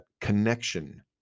connection